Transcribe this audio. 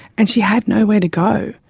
and she had nowhere to go.